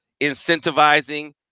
incentivizing